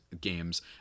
games